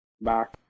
back